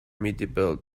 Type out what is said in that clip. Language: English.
medieval